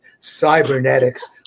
Cybernetics